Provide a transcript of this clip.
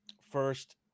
first